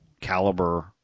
caliber